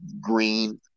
green